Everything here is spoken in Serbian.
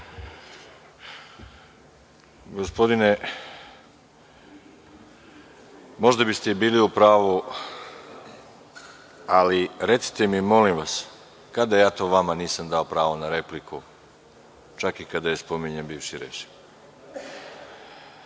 Gospodine, možda biste i bili u pravu, ali recite mi molim vas kada ja to vama nisam dao pravo na repliku čak i kada je spominjan bivši režim?(Marko